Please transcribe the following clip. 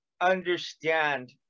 understand